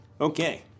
Okay